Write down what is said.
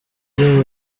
iyo